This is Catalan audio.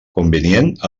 convenient